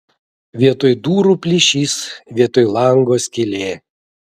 vietoj durų plyšys vietoj lango skylė